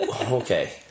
okay